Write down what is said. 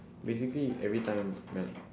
basically everytime ya